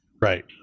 Right